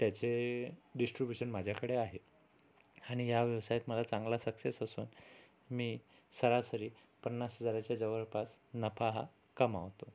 त्याचे डिस्ट्रिब्युशन माझ्याकडे आहे आणि ह्या व्यवसायात मला चांगला सक्सेस असून मी सरासरी पन्नास हजाराच्या जवळपास नफा हा कमावतो